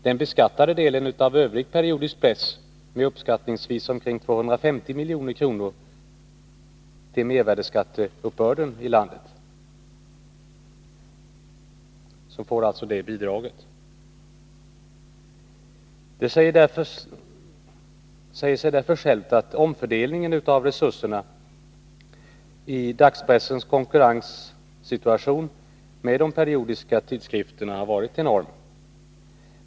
Den beskattade delen av övrig periodisk press bidrar med uppskattningsvis omkring 250 milj.kr. till mervärdeskatteuppbörden i landet. Det säger sig därför självt att omfördelningen av resurser i dagspressens konkurrens med periodiska tidskrifter har varit enorm.